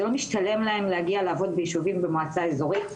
זה לא משתלם להן להגיע לעבוד ביישובים במועצה אזורית.